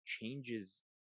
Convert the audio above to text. changes